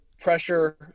pressure